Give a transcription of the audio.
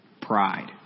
Pride